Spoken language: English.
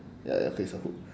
ya okay it's a hook